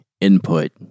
Input